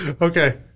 Okay